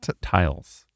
tiles